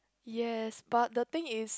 yes but the thing is